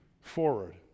forward